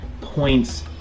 points